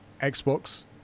Xbox